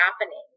happening